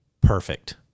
perfect